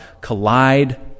collide